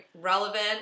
relevant